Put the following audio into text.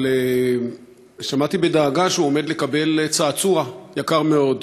אבל שמעתי בדאגה שהוא עומד לקבל צעצוע יקר מאוד.